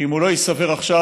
שאם הוא לא ייצבר עכשיו,